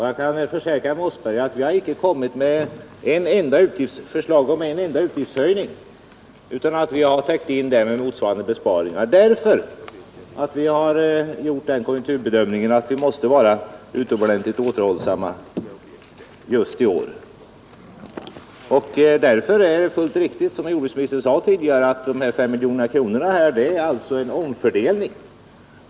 Jag kan försäkra herr Mossberger att vi har inte kommit med förslag om en enda utgiftshöjning utan att vi har täckt in det med motsvarande besparingar därför att vi har gjort den konjunkturbedömningen att vi måste vara utomordentligt återhållsamma just i år. Det är sålunda fullt riktigt som jordbruksministern sade tidigare att de här 5 miljoner kronorna är en omfördelning.